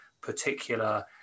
particular